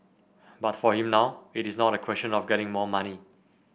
but for him now it is not a question of getting more money